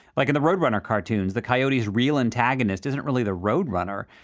like in the roadrunner cartoons, the coyote is real antagonist isn't really the road runner.